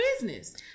business